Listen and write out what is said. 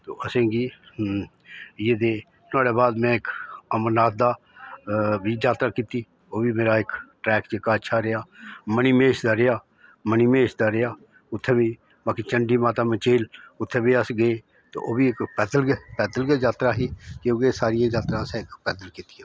तो असेंगी एह् जे नहाड़े बाद में इक अमरनाथ दा बी जातरा कीती ओह् बी मेरा इक ट्रैक जेह्का अच्छा रेहा मनी महेश दा रेहा मनी महेश दा रेहा उत्थें बी बाकी चंढी माता मचेल उत्थें बी अस गे ते ओह् बी इक पैदल गै पैदल गै जातरा ही क्योंकि सारियां जातरां असें पैदल कीतियां